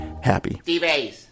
happy